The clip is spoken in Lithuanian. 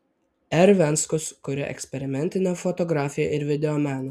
r venckus kuria eksperimentinę fotografiją ir videomeną